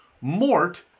Mort